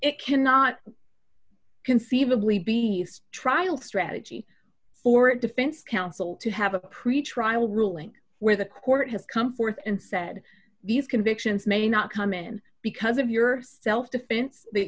it cannot conceivably be a trial strategy for a defense counsel to have a pretrial ruling where the court has come forth and said these convictions may not come in because of your self defense that